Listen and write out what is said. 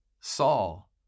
Saul